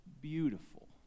beautiful